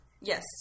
yes